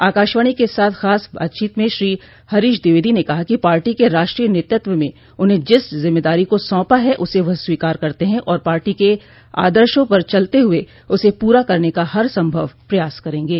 आकाशवाणी के साथ खास बातचीत में श्री हरीश द्विवेदी ने कहा कि पार्टी के राष्ट्रीय नेतृत्व में उन्हें जिस जिम्मेदारी को सौपा है उसे वह स्वीकार करते हैं और पार्टी के आदर्शो पर चलते हुए उसे पूरा करने का हर सम्भव प्रयास करेंगें